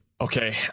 Okay